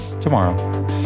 tomorrow